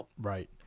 Right